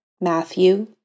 Matthew